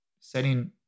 setting